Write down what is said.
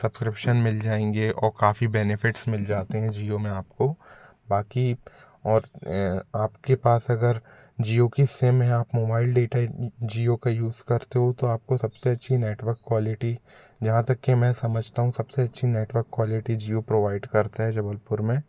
subscription मिल जाएंगे और काफ़ी बेनेफिट्स मिल जाते हैं जियो में आपको बाक़ी और आप के पास अगर जियो की सिम है आप मोबाइल डेटा जियो का यूज़ करते हो तो आपको सब से अच्छी नेटवर्क क्वालिटी जहाँ तक कि मैं समझता हूँ सब से अच्छी नेटवर्क क्वालिटी जियो प्रोवाइड करता है जबलपुर में